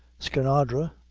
skinadre,